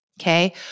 okay